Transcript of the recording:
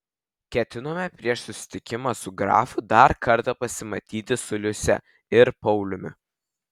ketinome prieš susitikimą su grafu dar kartą pasimatyti su liuse ir pauliumi